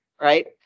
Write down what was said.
Right